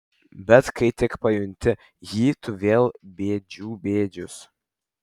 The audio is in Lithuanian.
bet kai tik pajunti jį tu vėl bėdžių bėdžius